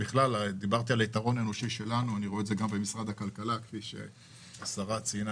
כפי שהשרה ציינה,